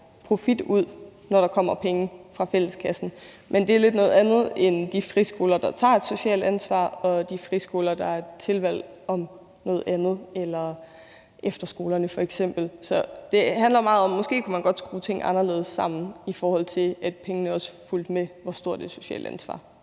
profit ud, når der kommer penge fra fælleskassen. Men det er lidt noget andet end de friskoler, der tager et socialt ansvar, og de friskoler, der er et tilvalg om noget andet, eller efterskolerne f.eks. Så det handler meget om, at man måske godt kunne skrue ting anderledes sammen, så pengene også følger med, i forhold til hvor stort et socialt ansvar